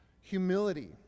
Humility